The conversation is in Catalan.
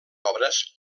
obres